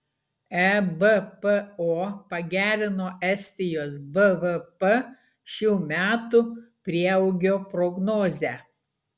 ebpo pagerino estijos bvp šių metų prieaugio prognozę